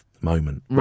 moment